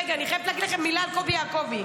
רגע, אני חייבת להגיד לכם מילה על קובי יעקובי.